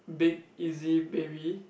big easy baby